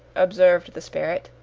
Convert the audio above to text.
observed the spirit.